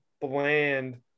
bland